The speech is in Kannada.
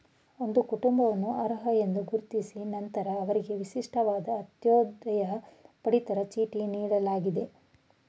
ಒಂದು ಕುಟುಂಬವನ್ನು ಅರ್ಹ ಎಂದು ಗುರುತಿಸಿದ ನಂತ್ರ ಅವ್ರಿಗೆ ವಿಶಿಷ್ಟವಾದ ಅಂತ್ಯೋದಯ ಪಡಿತರ ಚೀಟಿ ನೀಡಲಾಗ್ತದೆ